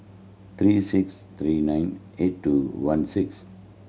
three six three nine eight two one six